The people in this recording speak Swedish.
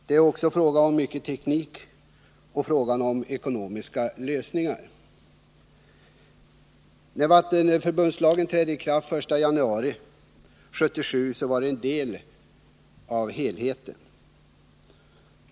Det är också fråga om teknik och ekonomiska lösningar. När vattenförbundslagen trädde i kraft den 1 januari 1977 var den en del av helheten.